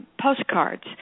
postcards